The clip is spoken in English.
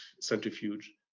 centrifuge